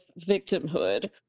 victimhood